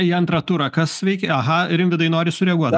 į antrą turą kas veikia aha rimvydai nori sureaguot